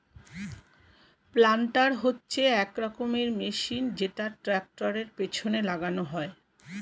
planter হচ্ছে এক রকমের মেশিন যেটা ট্র্যাক্টরের পেছনে লাগানো হয়